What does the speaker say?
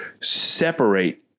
separate